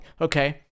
Okay